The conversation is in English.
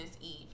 Eve